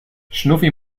schnuffi